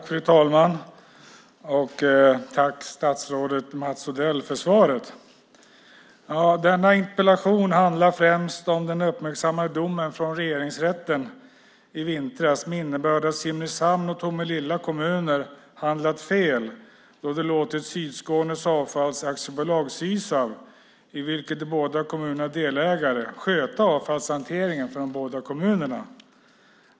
Fru talman! Jag tackar statsrådet Mats Odell för svaret. Denna interpellation handlar främst om den uppmärksammade domen i Regeringsrätten i vintras med innebörden att Simrishamn och Tomelilla kommuner handlat fel då de låtit Sydskånes Avfalls AB, Sysav, i vilket de båda kommunerna är delägare, sköta avfallshanteringen för kommunerna.